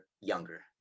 younger